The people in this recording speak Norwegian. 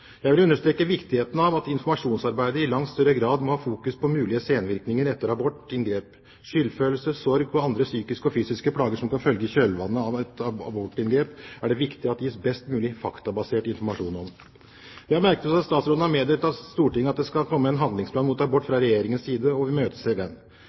Jeg vil understreke viktigheten av at informasjonsarbeidet i langt større grad må fokusere på mulige senvirkninger etter abortinngrep. Skyldfølelse, sorg og andre psykiske og fysiske plager som kan følge i kjølvannet av et abortinngrep, er det viktig at det gis best mulig faktabasert informasjon om. Vi har merket oss at statsråden har meddelt Stortinget at det skal komme en handlingsplan mot abort fra Regjeringens side, og vi imøteser den.